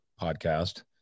podcast